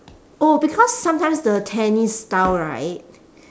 oh because sometimes the tennis style right